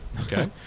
Okay